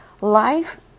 life